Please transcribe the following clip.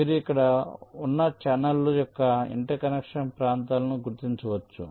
కాబట్టి మీరు ఇక్కడ ఉన్న ఛానెల్ల యొక్క ఇంటర్ కనెక్షన్ ప్రాంతాలను గుర్తించవచ్చు